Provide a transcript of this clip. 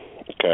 okay